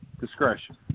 Discretion